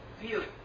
view